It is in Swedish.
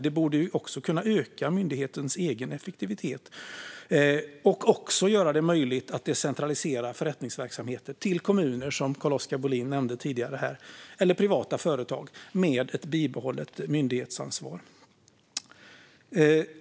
Det borde också kunna öka myndighetens egen effektivitet och göra det möjligt att decentralisera förrättningsverksamheter till kommuner, som Carl-Oskar Bohlin nämnde tidigare, eller till privata företag med ett bibehållet myndighetsansvar.